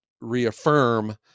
Reaffirm